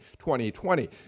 2020